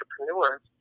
entrepreneurs